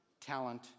talent